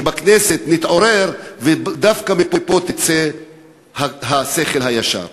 שבכנסת נתעורר ודווקא מפה יצא השכל הישר.